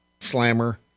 Slammer